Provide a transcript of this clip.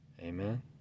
Amen